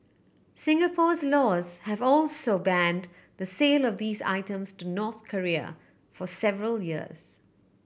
Singapore's laws have also banned the sale of these items to North Korea for several years